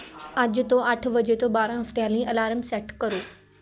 ਅੱਜ ਤੋਂ ਅੱਠ ਵਜੇ ਤੋਂ ਬਾਰਾਂ ਹਫ਼ਤਿਆਂ ਲਈ ਅਲਾਰਮ ਸੈੱਟ ਕਰੋ